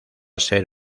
ser